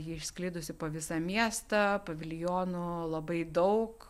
ji išsklidusi po visą miestą paviljonų labai daug